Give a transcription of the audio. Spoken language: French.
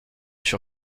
sur